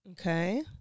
Okay